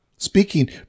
Speaking